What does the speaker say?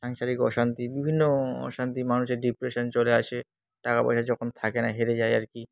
সাংসারিক অশান্তি বিভিন্ন অশান্তি মানুষের ডিপ্রেশান চলে আসে টাকা পয়সা যখন থাকে না হেরে যায় আর কি